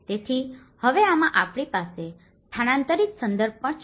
તેથી હવે આમાં આપણી પાસે સ્થાનાંતરિત સંદર્ભ પણ છે